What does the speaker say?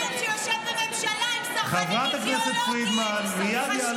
חברת הכנסת דבי ביטון.